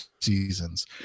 seasons